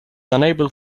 unable